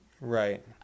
Right